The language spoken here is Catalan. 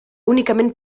únicament